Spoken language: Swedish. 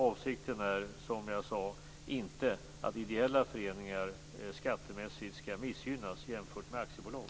Avsikten är inte, som jag sade, att ideella föreningar skattemässigt skall missgynnas jämfört med aktiebolag.